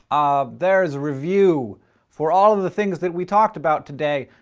um there's a review for all of the things that we talked about today.